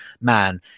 man